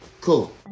Cool